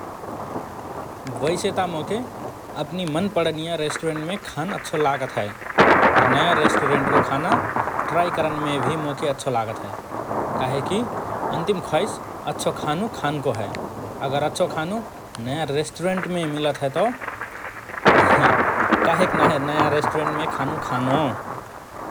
वइसे त मोके अपनी मन पडनीया रेस्टुरेन्टमे खान अच्छो लागत हए पर नया रेष्टुरेन्टको खाना ट्राई करनमे भि मोके अच्छो लागत हए । काहेकी अन्तिम ख्वाइस अच्छो खानु खानको हए । अगर अच्छो खानु नया रेष्टुरेन्टमे मिलत हए तओ हाहाहाहा काहेक नाए नया रेष्टुरेन्टमे खानु खानो?